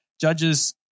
Judges